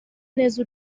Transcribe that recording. neza